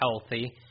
healthy